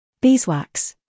Beeswax